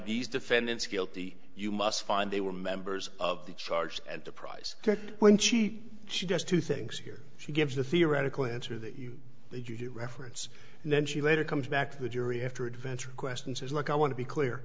these defendants guilty you must find they were members of the charge at the prize when she she does two things here she gives the theoretical answer that you that you reference and then she later comes back to the jury after adventure of questions is like i want to be clear